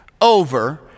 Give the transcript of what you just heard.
over